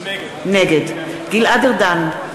נגד גלעד ארדן,